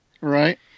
right